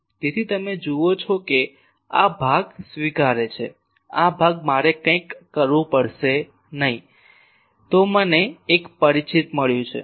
તેથી તમે જુઓ છો કે આ ભાગ સ્વીકારે છે આ ભાગ મારે કંઈક કરવું પડશે નહીં તો મને એક પરિચિત મળ્યું છે